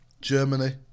Germany